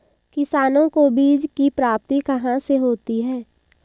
किसानों को बीज की प्राप्ति कहाँ से होती है?